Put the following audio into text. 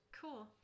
Cool